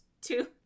two